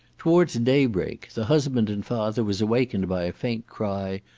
towards daybreak the husband and father was awakened by a faint cry,